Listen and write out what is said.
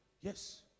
Yes